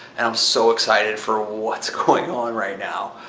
and i'm so excited for what's going on right now.